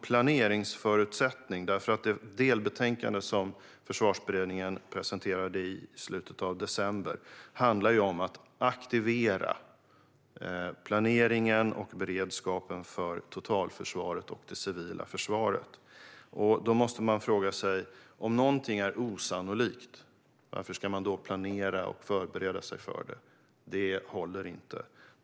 Det delbetänkande som Försvarsberedningen presenterade i slutet av december handlar om att aktivera planeringen och beredskapen för totalförsvaret och det civila försvaret. Då måste man fråga sig: Om någonting är osannolikt, varför ska man då planera och förbereda sig för det? Det håller inte.